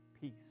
peace